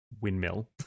windmill